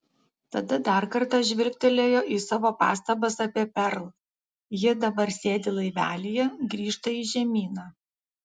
tada dar kartą žvilgtelėjo į savo pastabas apie perl ji dabar sėdi laivelyje grįžta į žemyną